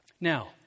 Now